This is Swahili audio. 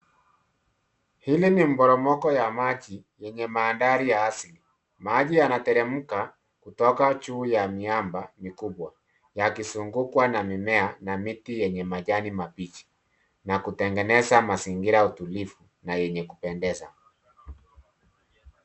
Hili ni poromoko la maji lenye mandhari ya asili. Maji yanateremka kutoka juu ya miamba mikubwa yakizungukwa na mimea na miti yenye majani mabichi na kutengeneza mazingira tulivu na yenye kupendeza.